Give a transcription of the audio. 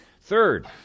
Third